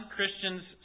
Christians